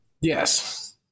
Yes